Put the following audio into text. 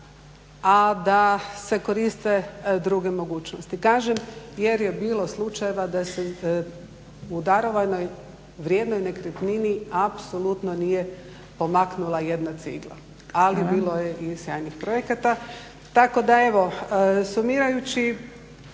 a da se koriste druge mogućnosti. Kažem jer je bilo slučajeva da se u darovanoj, vrijednoj nekretnini apsolutno nije pomaknula jedna cigla. Ali bilo je i sjajnih projekata. Tako da evo, sumirajući